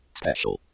special